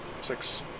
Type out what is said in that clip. six